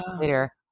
later